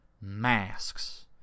Masks